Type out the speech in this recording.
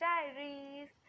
Diaries